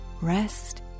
rest